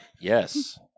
Yes